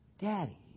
daddy